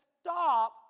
stop